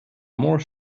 more